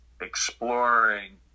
exploring